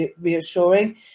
reassuring